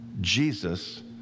Jesus